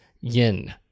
yin